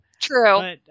True